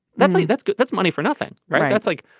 that's like that's good. that's money for nothing. right. that's like.